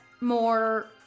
more